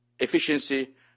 efficiency